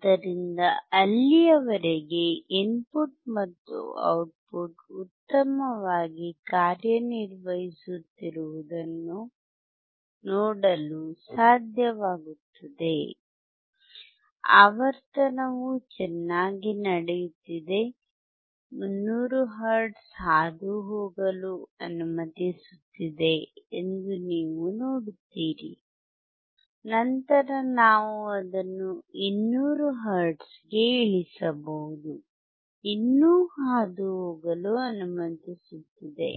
ಆದ್ದರಿಂದ ಅಲ್ಲಿಯವರೆಗೆ ಇನ್ಪುಟ್ ಮತ್ತು ಔಟ್ಪುಟ್ ಉತ್ತಮವಾಗಿ ಕಾರ್ಯನಿರ್ವಹಿಸುತ್ತಿರುವುದನ್ನು ನೋಡಲು ಸಾಧ್ಯವಾಗುತ್ತದೆ ಆವರ್ತನವು ಚೆನ್ನಾಗಿ ನಡೆಯುತ್ತಿದೆ 300 ಹರ್ಟ್ಜ್ ಹಾದುಹೋಗಲು ಅನುಮತಿಸುತ್ತಿದೆ ಎಂದು ನೀವು ನೋಡುತ್ತೀರಿ ನಂತರ ನಾವು ಅದನ್ನು 200 ಹರ್ಟ್ಜ್ಗೆ ಇಳಿಸಬಹುದು ಇನ್ನೂ ಹಾದುಹೋಗಲು ಅನುಮತಿಸುತ್ತಿದೆ